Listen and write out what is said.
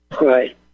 Right